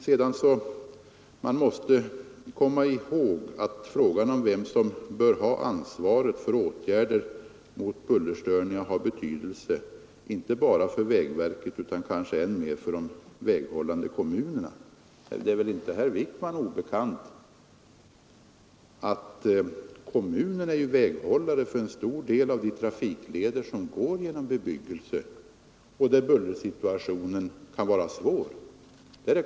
Sedan måste man komma ihåg att frågan om vem som bör ha ansvaret för åtgärder mot bullerstörningar har betydelse inte bara för vägverket utan kanske ännu mer för de väghållande kommunerna. Det är väl inte herr Wijkman obekant att kommunerna är väghållare för en stor del av de trafikleder som går genom bebyggelse, där bullersituationen kan vara svår.